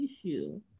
issue